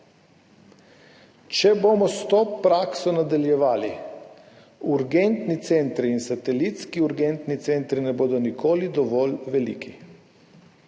Če bomo s to prakso nadaljevali, urgentni centri in satelitski urgentni centri ne bodo nikoli dovolj veliki.